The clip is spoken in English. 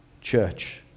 church